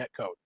netcode